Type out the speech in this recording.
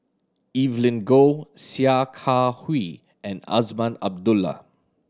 Evelyn Goh Sia Kah Hui and Azman Abdullah